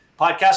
podcast